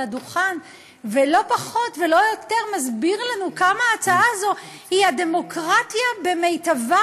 הדוכן ולא פחות ולא יותר מסביר לנו כמה ההצעה הזאת היא הדמוקרטיה במיטבה,